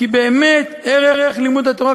כי באמת ערך לימוד התורה,